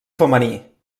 femení